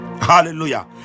hallelujah